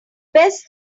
best